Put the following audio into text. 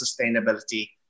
sustainability